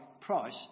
price